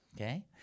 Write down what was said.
Okay